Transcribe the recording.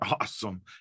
awesome